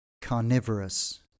Carnivorous